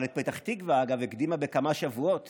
אבל את פתח תקווה, אגב, הקדימה בכמה שבועות